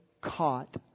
caught